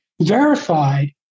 verified